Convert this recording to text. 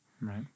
Right